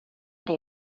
dig